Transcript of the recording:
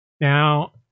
Now